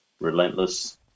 relentless